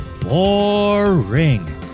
boring